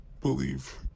believe